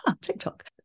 TikTok